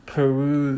Peru